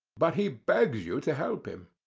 but he begs you to help him.